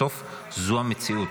בסוף זו המציאות.